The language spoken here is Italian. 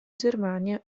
germania